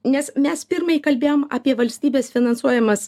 nes mes pirmai kalbėjom apie valstybės finansuojamas